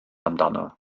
amdano